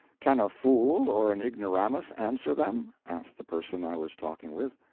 can a fool or an ignoramus answer them? asked the person i was talking with.